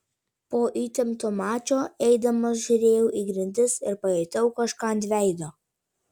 po įtempto mačo eidamas žiūrėjau į grindis ir pajutau kažką ant veido